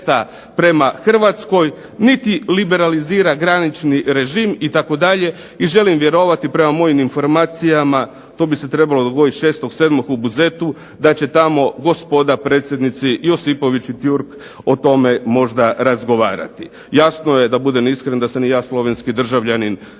prema Hrvatskoj, niti liberalizira granični režim itd. I želim vjerovati, prema mojim informacijama to bi se trebalo dogoditi 6.07. u Buzetu, da će tamo gospoda predsjednici Josipović i Turk o tome možda razgovarati. Jasno je, da budem iskren, da sam i ja slovenski državljanin